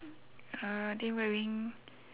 are they wearing